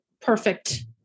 perfect